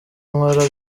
nkora